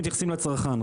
איך מתייחסים לצרכן,